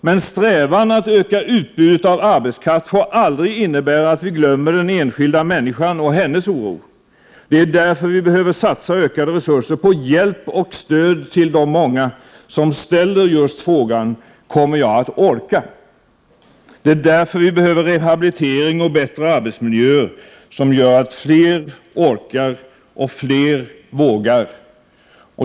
Men strävan att öka utbudet av arbetskraft får aldrig innebära att vi glömmer den enskilda människan och hennes oro. Det är därför som vi behöver satsa ökade resurser på hjälp och stöd till de många som ställer frågan: Kommer jag att orka? Det är därför som vi behöver rehabilitering och bättre arbetsmiljöer, som gör att fler orkar och fler vågar.